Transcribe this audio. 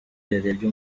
yarebye